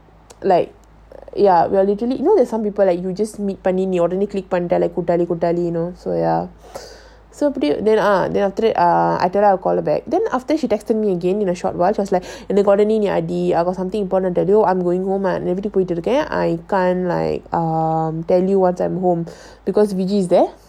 like ya we're literally you know there's some people that you just meet பண்ணி:panni you know so ya so கூட்டாளிகூட்டாளினு:kootali kootalinu then ah then after that err okay lah I call you back then after she texted me again in a short while she was like அடி:adi I got something important to tell yout I'm going home போயிட்டுருக்கேன்:poitruken I can't like tell you once I'm home because willy is there